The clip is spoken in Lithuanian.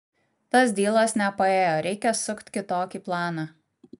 tas dylas nepaėjo reikia sukt kitokį planą